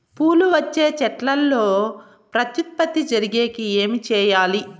పూలు వచ్చే చెట్లల్లో ప్రత్యుత్పత్తి జరిగేకి ఏమి చేయాలి?